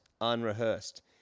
unrehearsed